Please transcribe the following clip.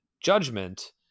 judgment